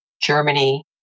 Germany